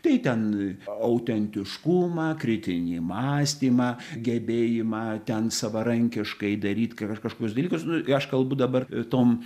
tai ten autentiškumą kritinį mąstymą gebėjimą ten savarankiškai daryt kažkokius dalykus nu aš kalbu dabar tom